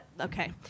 okay